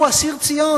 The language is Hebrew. הוא אסיר ציון.